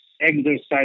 exercise